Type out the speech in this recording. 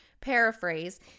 paraphrase